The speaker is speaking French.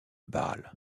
bâle